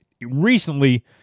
recently